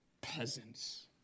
peasants